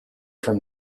from